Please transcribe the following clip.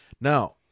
Now